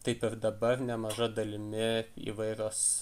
taip ir dabar nemaža dalimi įvairios